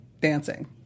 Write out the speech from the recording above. dancing